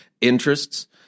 interests